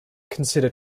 consider